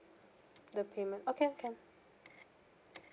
the payment okay can